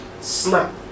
snap